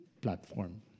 platform